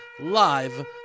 live